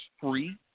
free